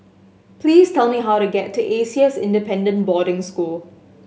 please tell me how to get to A C S Independent Boarding School